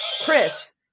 Chris